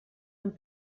amb